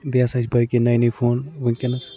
بیٚیہِ ہسا چھِ باقٕے نٔے نٔے فون وٕنکٮ۪نس